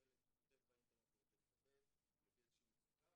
ילד כותב באינטרנט שהוא רוצה להתאבד,